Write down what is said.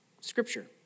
scripture